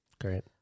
Great